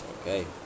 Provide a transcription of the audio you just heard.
okay